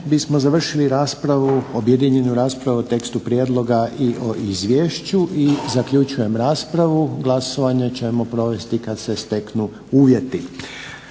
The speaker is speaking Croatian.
bismo završili raspravu, objedinjenu raspravu o tekstu prijedloga i o izvješću. Zaključujem raspravu. Glasovanje ćemo provesti kad se steknu uvjeti.